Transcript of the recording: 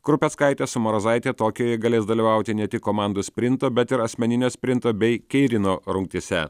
krupeckaite su marazaite tokijuje galės dalyvauti ne tik komandų sprinto bet ir asmeninio sprinto bei keirino rungtyse